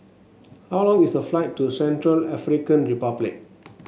how long is the flight to Central African Republic